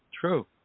True